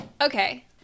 Okay